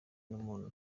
n’umuntu